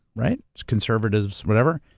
right? conservatives, whatever,